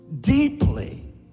deeply